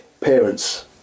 Parents